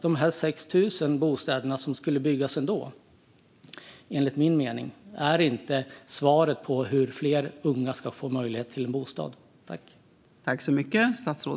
De här 6 000 bostäderna som skulle byggas ändå, enligt min mening, är inte svaret på hur fler unga ska få möjlighet till en bostad.